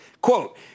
Quote